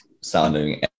sounding